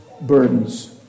burdens